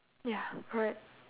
ya correct